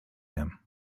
him